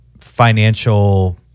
financial